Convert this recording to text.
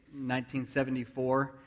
1974